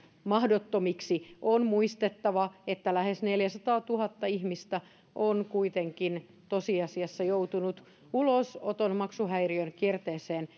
mahdottomiksi on muistettava että lähes neljäsataatuhatta ihmistä on kuitenkin tosiasiassa joutunut ulosoton maksuhäiriökierteeseen